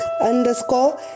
underscore